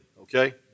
okay